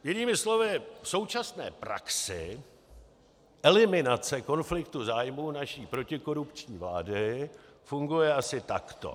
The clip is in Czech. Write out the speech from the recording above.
Jinými slovy v současné praxi eliminace konfliktů zájmů naší protikorupční vlády funguje asi takto.